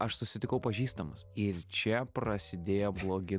aš susitikau pažįstamus ir čia prasidėjo blogi